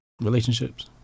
relationships